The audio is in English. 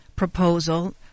Proposal